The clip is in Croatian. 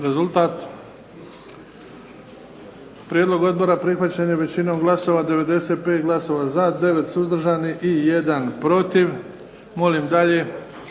Prijedlog odbora prihvaćen je većinom glasova sa 95 glasova za, 9 suzdržanih i 1 protiv. Molim dalje.